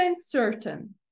certain